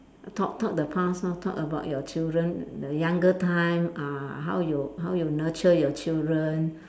talk talk the past lor talk about your children the younger time uh how you how you nurture your children